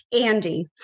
Andy